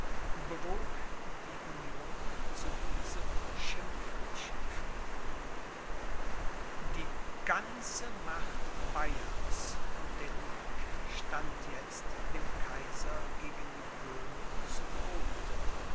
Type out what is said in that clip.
die union zu diesem schimpflichen frieden die ganze macht bayerns und der ligue stand jetzt dem kaiser gegen die böhmen zu gebote